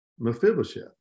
Mephibosheth